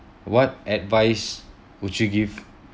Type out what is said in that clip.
what advice would you give